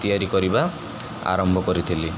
ତିଆରି କରିବା ଆରମ୍ଭ କରିଥିଲି